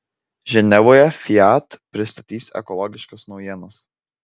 ženevoje fiat pristatys ekologiškas naujienas